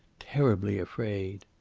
terribly afraid.